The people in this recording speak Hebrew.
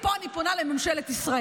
ופה אני פונה לממשלת ישראל.